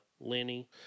Lenny